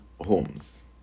homes